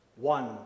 one